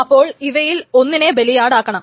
അപ്പോൾ ഇവയിൽ ഒന്നിനെ ബലിയാടാക്കണം